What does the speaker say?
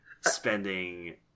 spending